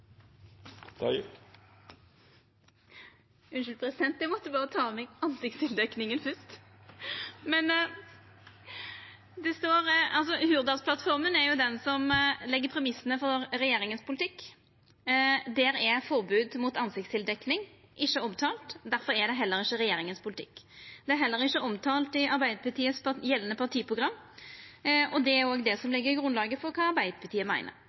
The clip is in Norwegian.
Det er Hurdalsplattforma som legg premissa for regjeringa sin politikk. Der er forbod mot ansiktstildekking ikkje omtalt, derfor er det heller ikkje regjeringa sin politikk. Det er heller ikkje omtalt i Arbeidarpartiets gjeldande partiprogram, og det er det som legg grunnlaget for kva Arbeidarpartiet meiner.